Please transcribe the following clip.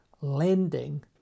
lending